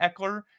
Eckler